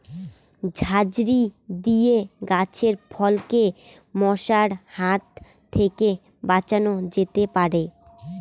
ঝাঁঝরি দিয়ে গাছের ফলকে মশার হাত থেকে বাঁচানো যেতে পারে?